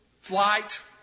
flight